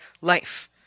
life